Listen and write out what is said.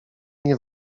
nie